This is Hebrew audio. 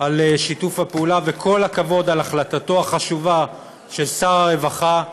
על שיתוף הפעולה וכל הכבוד על החלטתו החשובה של שר הרווחה,